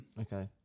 Okay